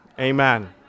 Amen